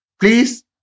Please